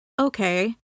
Okay